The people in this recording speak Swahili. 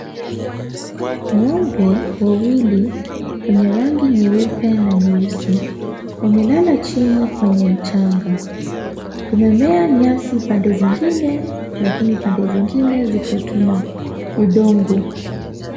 Ng'ombe wawili wenye rangi nyeupe na nyeusi wamelala chini kwenye mchanga kumemea nyasi pande zingine lakini pande zingine ziko tu na udongo.